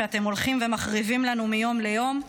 שאתם הולכים ומחריבים לנו מיום ליום,